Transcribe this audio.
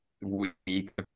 week